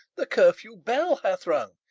the curfew bell hath rung,